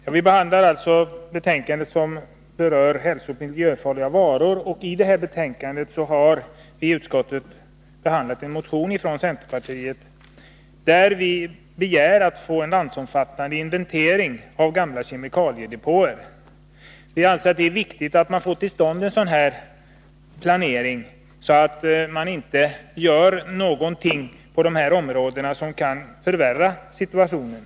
Herr talman! Vi debatterar nu jordbruksutskottets betänkande som berör hälsooch miljöfarliga varor. I detta betänkande behandlar utskottet en motion från centerpartiet i vilken vi begär en landsomfattande inventering av gamla kemikaliedepåer. Vi anser att det är viktigt att vi får till stånd en sådan inventering, så att man inte gör någonting på dessa områden som kan förvärra situationen.